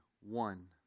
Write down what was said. one